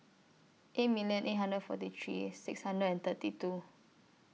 eight million eight hundred forty three six hundred and thirty two